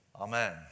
Amen